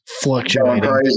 fluctuating